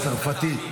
בצרפתית,